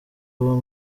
uwo